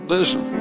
Listen